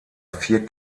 vier